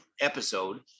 episode